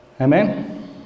Amen